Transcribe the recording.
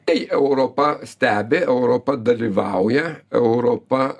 tai europa stebi europa dalyvauja europa